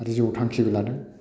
आरो जिउआव थांखिबो लादों